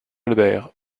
albert